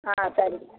ஆ சரி